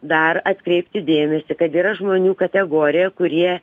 dar atkreipti dėmesį kad yra žmonių kategorija kurie